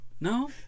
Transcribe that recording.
No